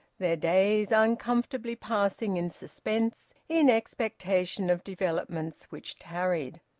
their days uncomfortably passing in suspense, in expectation of developments which tarried.